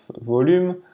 volume